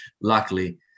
luckily